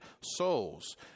souls